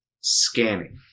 scanning